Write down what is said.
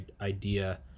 idea